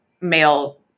male